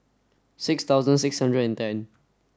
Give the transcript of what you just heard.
six thousand six hundred and ten